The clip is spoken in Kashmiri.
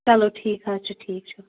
چلو ٹھیٖک حظ چھُ ٹھیٖک چھُ